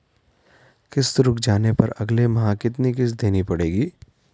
किश्त रुक जाने पर अगले माह कितनी किश्त देनी पड़ेगी?